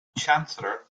chancellor